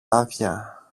άδεια